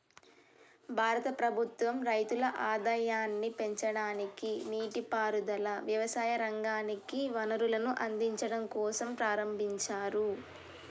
భారత ప్రభుత్వం రైతుల ఆదాయాన్ని పెంచడానికి, నీటి పారుదల, వ్యవసాయ రంగానికి వనరులను అందిచడం కోసంప్రారంబించారు